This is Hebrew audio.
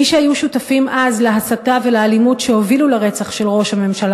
מי שהיו שותפים אז להסתה ולאלימות שהובילו לרצח של ראש הממשלה